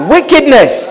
Wickedness